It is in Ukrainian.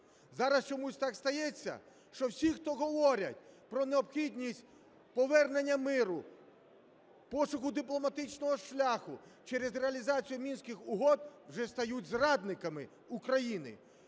Зараз чомусь так стається, що всі, хто говорять про необхідність повернення миру, пошуку дипломатичного шляху через реалізацію Мінських угод, вже стають зрадниками України.